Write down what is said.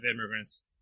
immigrants